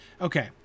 Okay